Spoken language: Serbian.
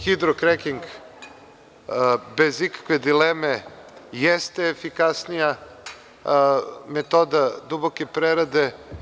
Hidrokreking, bez ikakve dileme jeste efikasnija metoda duboke prerade.